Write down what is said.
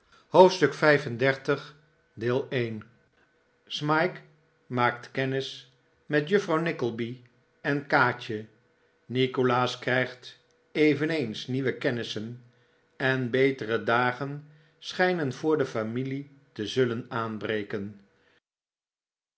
hoofdstuk xxxv smike maakt kennis met juffrouw nickleby en kaatje nikolaas krijgt eveneens nieuwe kennissen en betere dagen schijnen voor de familie te zullen aanbreken